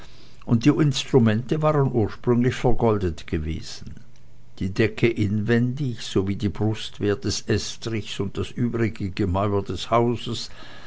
und die instrumente waren ursprünglich vergoldet gewesen die decke inwendig sowie die brustwehr des estrichs und das übrige gemäuer des hauses